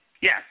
Yes